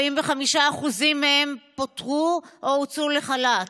45% מהם פוטרו או הוצאו לחל"ת.